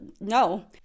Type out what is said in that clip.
no